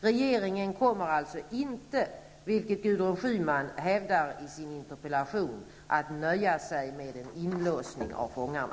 Regeringen kommer alltså inte, vilket Gudrun Schyman hävdar i sin interpellation, att nöja sig med en inlåsning av fångarna.